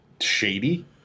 shady